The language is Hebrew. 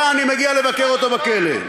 יעני מגיע לבקר אותו בכלא.